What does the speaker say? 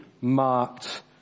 marked